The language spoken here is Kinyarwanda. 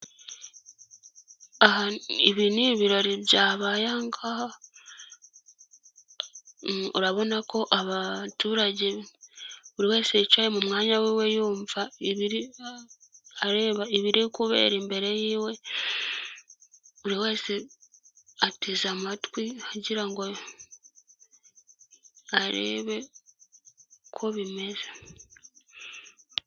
Aha ibi ni ibirori byabay aha ngaha urabona ko abaturage buri wese yicaye mu mwanya we we yumva ibiri areba ibiri kubera imbere yiwe buri wese ateze amatwi agira ngo arebe ko bimeze.